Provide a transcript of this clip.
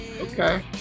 okay